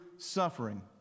Suffering